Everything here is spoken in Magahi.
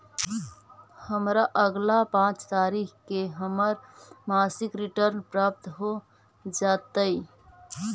हमरा अगला पाँच तारीख के हमर मासिक रिटर्न प्राप्त हो जातइ